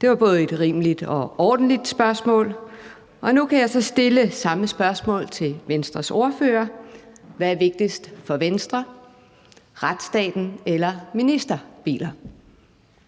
Det var både et rimeligt og ordentligt spørgsmål, og nu kan jeg så stille samme spørgsmål til Venstres ordfører: Hvad er vigtigst for Venstre – retsstaten eller ministerbiler?